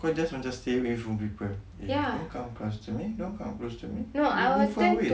kau just macam stay away from people eh don't come close to me don't come close to me you go far away